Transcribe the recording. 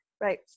Right